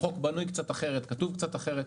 החוק בנוי קצת אחרת, כתוב קצת אחרת.